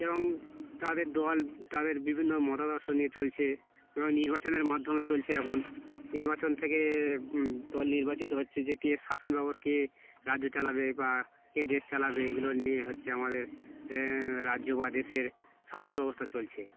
এবং তাদের দল তাদের বিভিন্ন মতাদর্শ নিয়ে চলছে এবং নির্বাচনের মাধ্যমে চলছে এখন নির্বাচন থেকে দল নির্বাচিত হচ্ছে যে কে শাসন ব্যবা কে রাজ্য চালাবে বা কে দেশ চালাবে এগুলো নিয়ে হচ্ছে আমাদের রাজ্য বা দেশের শাসন ব্যবস্থা চলছে